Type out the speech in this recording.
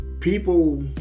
people